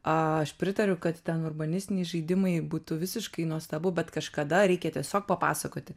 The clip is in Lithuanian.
aš pritariu kad ten urbanistiniai žaidimai būtų visiškai nuostabu bet kažkada reikia tiesiog papasakoti